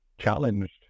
challenged